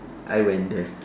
I went there